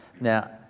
Now